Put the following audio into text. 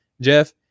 Jeff